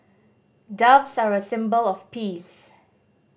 doves are a symbol of peace